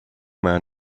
man